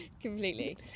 completely